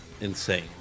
insane